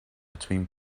between